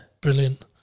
Brilliant